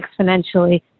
exponentially